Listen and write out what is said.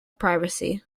privacy